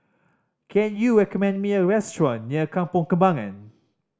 can you recommend me a restaurant near Kampong Kembangan